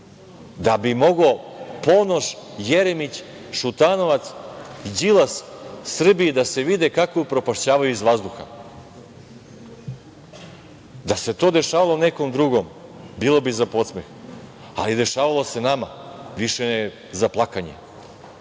da bi mogao Ponoš, Jeremić, Šutanovac, Đilas Srbiji da se vide kako je upropašćavaju iz vazduha. Da se to dešavalo nekom drugom, bilo bi za podsmeh, ali dešavalo se nama, više je za plakanje. Onda